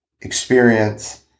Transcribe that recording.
experience